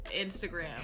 instagram